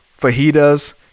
fajitas